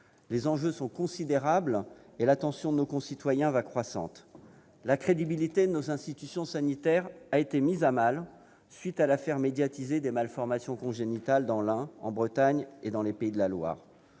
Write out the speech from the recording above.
Les enjeux sont considérables, et l'attention de nos concitoyens va croissant. La crédibilité de nos institutions sanitaires a été mise à mal à la suite de l'affaire médiatisée des malformations congénitales dans l'Ain, en Bretagne et dans les Pays de la Loire.